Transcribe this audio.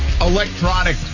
electronic